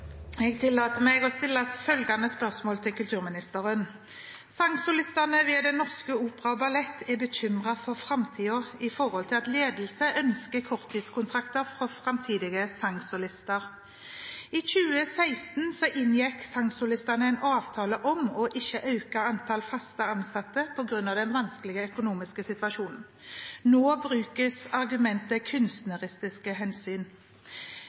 til kulturministeren: «Sangsolistene ved Den Norske Opera & Ballett er bekymret for framtiden i forbindelse med at ledelsen ønsker korttidskontrakter for framtidige sangsolister. I 2016 inngikk sangsolistene en avtale om ikke å øke antall fast ansatte pga. den økonomiske situasjonen. Nå brukes argumentet kunstneriske hensyn.